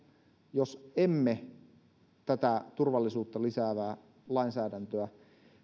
jos emme tätä turvallisuutta lisäävää lainsäädäntöä